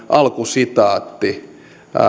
alkusitaatti